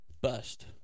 bust